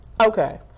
Okay